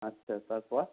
আচ্ছা তারপর